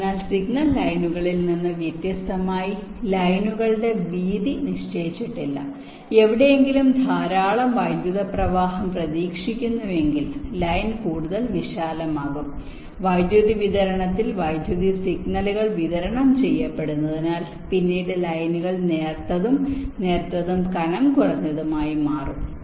അതിനാൽ സിഗ്നൽ ലൈനുകളിൽ നിന്ന് വ്യത്യസ്തമായി ലൈനുകളുടെ വീതി നിശ്ചയിച്ചിട്ടില്ല എവിടെയെങ്കിലും ധാരാളം വൈദ്യുത പ്രവാഹം പ്രതീക്ഷിക്കുന്നു എങ്കിൽ ലൈൻ കൂടുതൽ വിശാലമാകും വൈദ്യുതി വിതരണത്തിൽ വൈദ്യുതി സിഗ്നലുകൾ വിതരണം ചെയ്യപ്പെടുന്നതിനാൽ പിന്നീട് ലൈനുകൾ നേർത്തതും നേർത്തതും കനംകുറഞ്ഞതുമായി മാറും